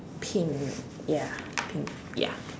pink ya pink ya